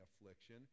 affliction